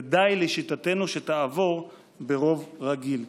ולשיטתנו די שהיא תעבור ברוב רגיל.